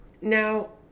Now